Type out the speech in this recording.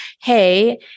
hey